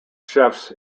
chefs